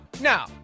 now